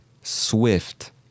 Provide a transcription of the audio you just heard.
Swift